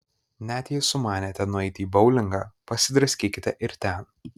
net jei sumanėte nueiti į boulingą pasidraskykite ir ten